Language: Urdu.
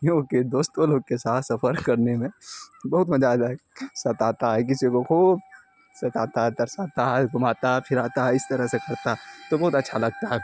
کیونکہ دوستوں لوگ کے ساتھ سفر کرنے میں بہت مزہ آ جائے گا ستاتا ہے کسی کو خوب ستاتا ہے ترساتا ہے گھماتا ہے پھراتا ہے اس طرح سے کرتا ہے تو بہت اچھا لگتا ہے